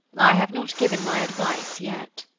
i have not given my advice, yet.